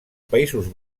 països